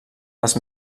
les